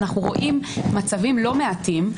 אנחנו רואים מצבים לא מעטים,